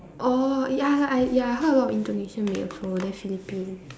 oh ya I ya I heard a lot of Indonesian maid also then Philippines